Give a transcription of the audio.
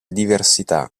diversità